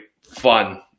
fun